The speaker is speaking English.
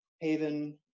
Haven